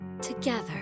together